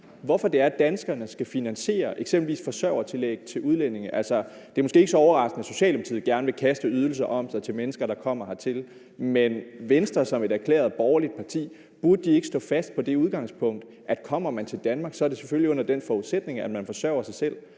hvorfor det er, at danskerne skal finansiere eksempelvis forsørgertillæg til udlændinge. Det er måske ikke så overraskende, at Socialdemokratiet gerne vil kaste om sig med ydelser til mennesker, der kommer hertil, men burde Venstre ikke som et erklæret borgerligt parti stå fast på det udgangspunkt, at kommer man til Danmark, er det selvfølgelig under den forudsætning, at man forsørger sig selv,